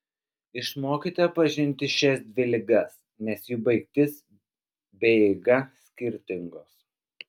išmokite pažinti šias dvi ligas nes jų baigtis bei eiga skirtingos